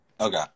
Okay